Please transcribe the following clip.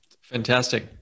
Fantastic